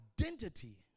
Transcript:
identity